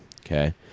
okay